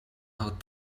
hot